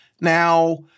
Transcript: Now